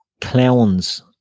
clowns